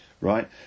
right